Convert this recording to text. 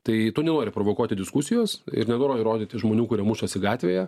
tai tu nenori provokuoti diskusijos ir nenoro įrodyti žmonių kurie mušasi gatvėje